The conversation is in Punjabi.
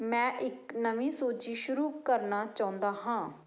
ਮੈਂ ਇੱਕ ਨਵੀਂ ਸੂਚੀ ਸ਼ੁਰੂ ਕਰਨਾ ਚਾਹੁੰਦਾ ਹਾਂ